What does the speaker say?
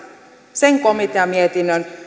sen komiteanmietinnön